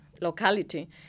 locality